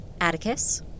Atticus